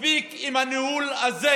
מספיק עם הניהול הזה,